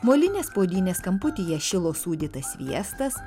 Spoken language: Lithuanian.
molinės puodynės kamputyje šilo sūdytas sviestas